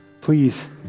please